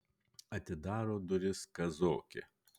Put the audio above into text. atidaro duris kazokė